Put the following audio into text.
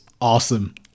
awesome